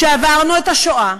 שעברנו את השואה,